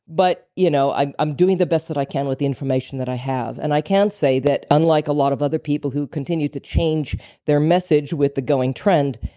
but you know i'm i'm doing the best that i can with the information that i have, and i can say that unlike a lot of other people who continue to change their message with the going trend,